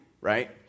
right